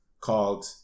called